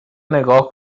نگاه